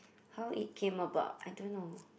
how it came about I don't know